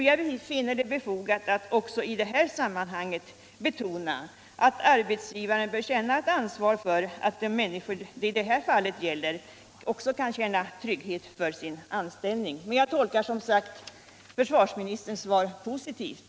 Jag finner det befogat att också i det här sammanhanget betona att arbetsgivaren bör känna ett ansvar för att de människor det nu gäller skall kunna känna trygghet för sina anställningar. Men jag tolkar som sagt försvarsministerns svar positivt.